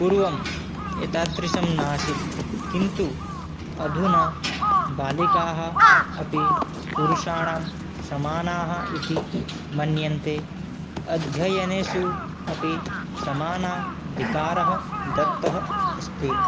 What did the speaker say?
पूर्वम् एतादृशं नासीत् किन्तु अधुना बालिकाः अपि पुरुषाणां समानाः इति मन्यन्ते अध्ययनेषु अपि समानाधिकारः दत्तः अस्ति